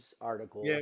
article